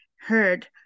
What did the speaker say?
heard